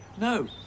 No